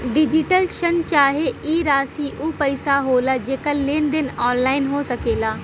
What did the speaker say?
digital शन चाहे ई राशी ऊ पइसा होला जेकर लेन देन ऑनलाइन हो सकेला